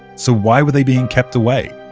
so why were they being kept away?